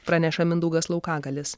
praneša mindaugas laukagalis